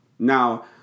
Now